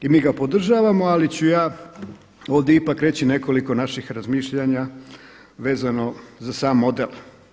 I mi ga podržavamo, ali ću ja ovdje ipak reći nekoliko naših razmišljanja vezano za sam model.